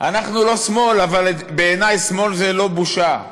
אנחנו לא שמאל, אבל בעיני שמאל זה לא בושה.